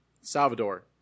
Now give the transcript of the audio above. salvador